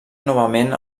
novament